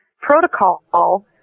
protocol